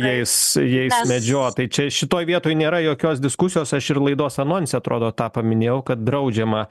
jais jais medžiot tai čia šitoj vietoj nėra jokios diskusijos aš ir laidos anonse atrodo tą paminėjau kad draudžiama